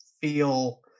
feel